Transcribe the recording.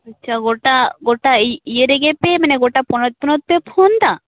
ᱪᱷᱟ ᱜᱚᱴᱟ ᱜᱚᱴᱟ ᱤ ᱤᱭᱟ ᱨᱮᱜᱮ ᱯᱮ ᱢᱟᱱᱮ ᱜᱚᱴᱟ ᱯᱚᱱᱚᱛ ᱯᱚᱱᱚᱛ ᱯᱮ ᱯᱷᱳᱱ ᱮᱫᱟ